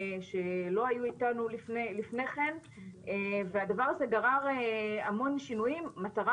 שלא היו איתנו לפני כן והדבר הזה גרר המון שינויים המטרה